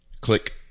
Click